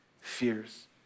fears